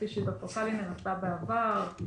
כפי שעשה בעבר ד"ר קלינר.